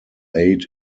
aid